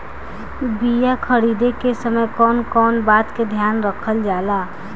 बीया खरीदे के समय कौन कौन बात के ध्यान रखल जाला?